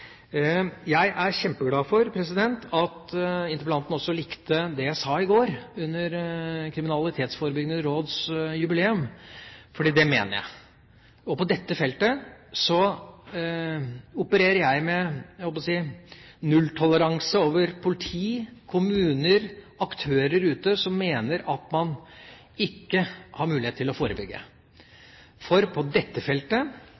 Jeg er kjempeglad for at interpellanten også likte det jeg sa i går under Det kriminalitetsforebyggende råds jubileum, fordi det mener jeg. Og på dette feltet opererer jeg med – jeg holdt på å si – nulltoleranse overfor politi, kommuner, aktører ute som mener at man ikke har mulighet til å forebygge. For på dette feltet